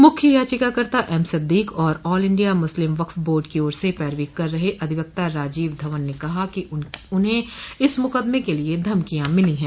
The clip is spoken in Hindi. मुख्य याचिकाकर्ता एम सिद्दीक और All India Muslim Waqf Board की ओर से पैरवी कर रहे अधिवक्ता राजीव धवन ने कहा है कि उन्हें इस मुकदमे के लिए धमकियां मिली हैं